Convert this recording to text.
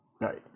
right